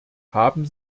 haben